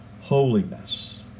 Holiness